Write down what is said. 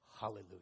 Hallelujah